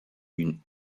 une